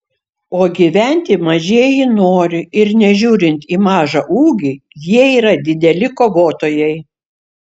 o gyventi mažieji nori ir nežiūrint į mažą ūgį jie yra dideli kovotojai